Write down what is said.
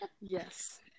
Yes